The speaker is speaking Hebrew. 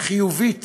חיובית